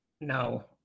No